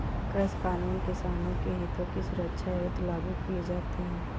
कृषि कानून किसानों के हितों की सुरक्षा हेतु लागू किए जाते हैं